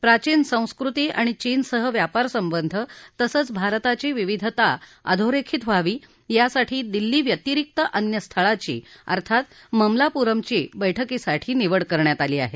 प्राचीन संस्कृती आणि चीनसह व्यापारसंबंध तसंच भारताची विविधता अधोरेखित व्हावी यासाठी दिल्ली व्यतिरिक्त अन्य स्थळाची अर्थात ममलापुरमची बैठकीसाठी निवड केली आहे